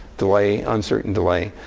delay, uncertain delay.